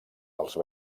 dels